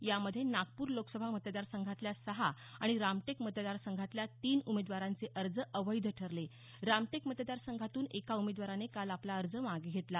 यामध्ये नागपूर लोकसभा मतदार संघातल्या सहा आणि रामटेक मतदारसंघातल्या तीन उमेदवारांचे अर्ज अवैध ठरले रामटेक मतदार संघातून एका उमेदवाराने काल आपला अर्ज मागे घेतला